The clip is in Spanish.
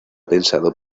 pensado